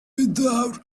without